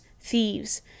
thieves